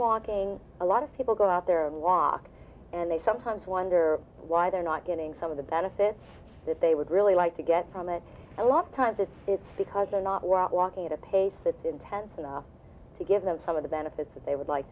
walking a lot of people go out there and walk and they sometimes wonder why they're not getting some of the benefits that they would really like to get from it a lot of times if it's because they're not want walking at a pace that intense enough to give them some of the benefits that they would like